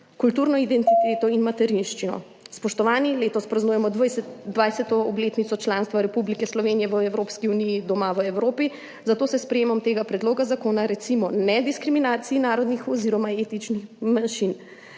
kulturno identiteto in materinščino. Spoštovani! Letos praznujemo 20. obletnico članstva Republike Slovenije v Evropski uniji doma v Evropi, zato s sprejetjem tega predloga zakona recimo ne diskriminacij narodnih oziroma etničnih manjšin.